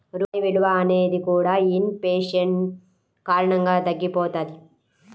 రూపాయి విలువ అనేది కూడా ఇన్ ఫేషన్ కారణంగా తగ్గిపోతది